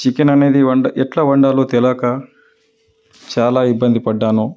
chicken అనేది వండ ఎట్లా వండాలో తెలవక చాలా ఇబ్బంది పడ్డాను